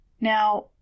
Now